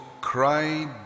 cry